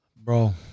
bro